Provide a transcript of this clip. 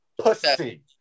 pussy